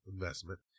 investment